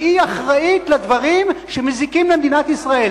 מה שמשתמע,